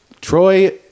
troy